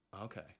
Okay